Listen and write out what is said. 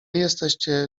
jesteście